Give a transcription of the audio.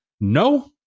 no